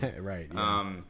Right